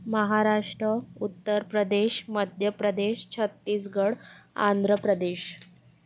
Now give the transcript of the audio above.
Maharashtra Uttar Pradesh Madhya Pradesh Chhattisgarh Andhra Pradesh